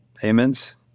Payments